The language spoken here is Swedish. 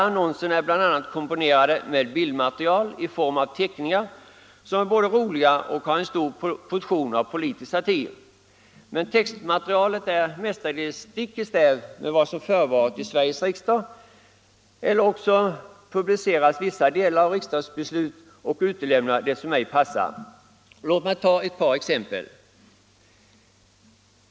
Annonserna är bl.a. komponerade med bildmaterial i form av teckningar som är både roliga och har en stor portion av politisk satir. Men textmaterialet går mestadels stick i stäv mot vad som förevarit i Sveriges riksdag eller också publiceras vissa delar av riksdagsbeslut och man utelämnar det som ej passar. Låt mig ta ett par exempel.